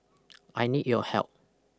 I need your help